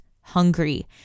hungry